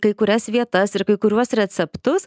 kai kurias vietas ir kai kuriuos receptus